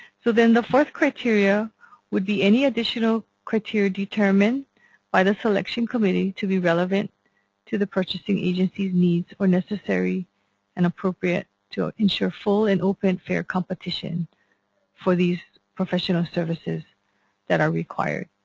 so then the fourth criteria would be any additional criteria determined by the selection committee to be relevant to the purchasing agency's needs or necessary and appropriate to ah ensure full and open fail competition for these professional services that are required.